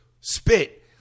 spit